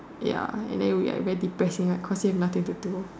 ya and then we are very depressing right cause you have nothing to do